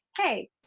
hey